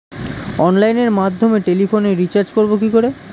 অনলাইনের মাধ্যমে টেলিফোনে রিচার্জ করব কি করে?